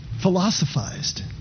philosophized